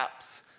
apps